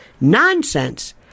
nonsense